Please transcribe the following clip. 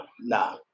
nah